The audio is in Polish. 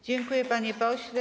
Dziękuję, panie pośle.